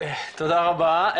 תודה רבה,